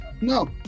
No